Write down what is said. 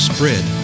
Spread